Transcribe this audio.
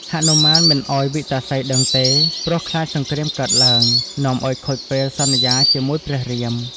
ហនុមានមិនឱ្យវិកតាសីដឹងទេ ព្រោះខ្លាចសង្គ្រាមកើតឡើង នាំឱ្យខូចពេលសន្យាជាមួយព្រះរាម។